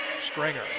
Stringer